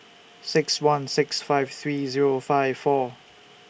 six one six five three Zero five four